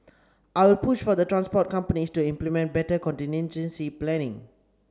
I will push for the transport companies to implement better contingency planning